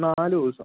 നാല് ദിവസം